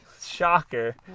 shocker